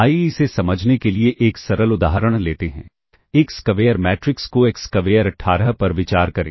आइए इसे समझने के लिए एक सरल उदाहरण लेते हैं एक स्क्वेयर मैट्रिक्स को एक स्क्वेयर 18 पर विचार करें